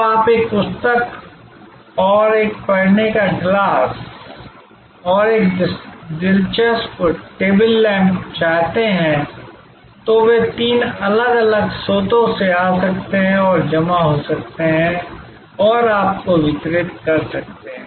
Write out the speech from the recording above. तो आप एक पुस्तक और एक पढ़ने का गिलास और एक दिलचस्प टेबल लैंप चाहते हैं और वे तीन अलग अलग स्रोतों से आ सकते हैं और जमा हो सकते हैं और आपको वितरित कर सकते हैं